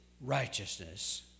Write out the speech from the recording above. righteousness